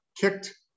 kicked